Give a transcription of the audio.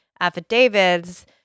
affidavits